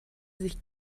sich